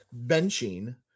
benching